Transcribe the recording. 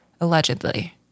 allegedly